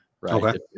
right